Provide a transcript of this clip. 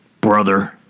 brother